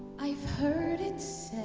i've heard it